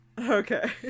Okay